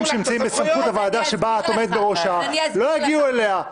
שנמצאים בסמכות הוועדה שאת עומדת בראשה לא יגיעו אליה.